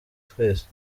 twese